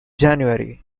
january